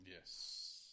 Yes